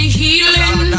healing